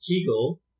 Kegel